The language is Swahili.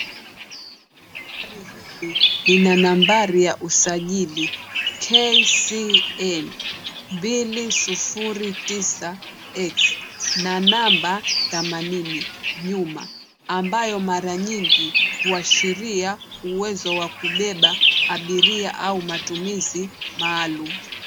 Gari hili lina nambari ya usajili KCN 209X na namba themanini nyuma ambayo mara nyingi huashiria uwezo wa kubeba abiria au matumizi maalum.